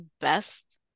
best